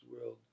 world